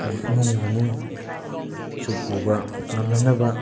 ꯑꯩꯈꯣꯏꯅ ꯏꯃꯨꯡ ꯃꯅꯨꯡꯁꯨ ꯄꯨꯕ ꯉꯝꯅꯅꯕ